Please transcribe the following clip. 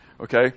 okay